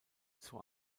zur